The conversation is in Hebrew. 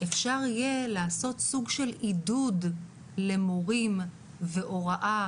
אפשר יהיה לעשות סוג של עידוד למורים והוראה,